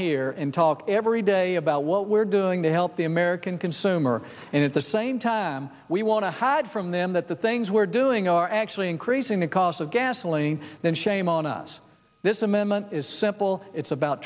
here and talk every day about what we're doing to help the american consumer and at the same time we want to hide from them that the things we're doing are actually increasing the cost of gasoline then shame on us this amendment is simple it's about